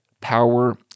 power